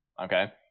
okay